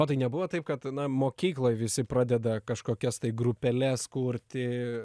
o tai nebuvo taip kad mokykloj visi pradeda kažkokias grupeles kurti